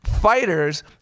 fighters